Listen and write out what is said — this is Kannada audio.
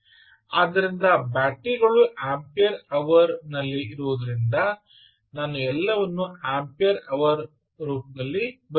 ಆದ್ದರಿಂದ ಬ್ಯಾಟರಿ ಗಳು ಆಂಪಿಯರ್ ಅವರ್ ನಲ್ಲಿ ಇರುವುದರಿಂದ ನಾನು ಎಲ್ಲವನ್ನೂಆಂಪಿಯರ್ ಅವರ್ ರೂಪದಲ್ಲಿ ಬರೆಯುತ್ತಿದ್ದೇನೆ